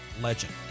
Legend